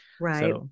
right